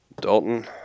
dalton